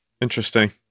Interesting